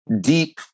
deep